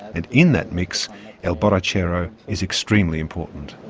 and in that mix el borrachero is extremely important.